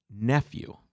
nephew